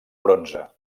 bronze